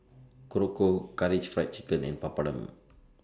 Korokke Karaage Fried Chicken and Papadum